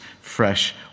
fresh